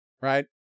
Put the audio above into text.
right